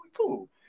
cool